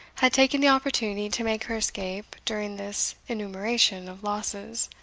had taken the opportunity to make her escape during this enumeration of losses.